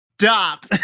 Stop